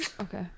Okay